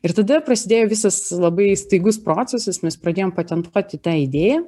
ir tada prasidėjo visas labai staigus procesas mes pradėjom patentuoti tą idėją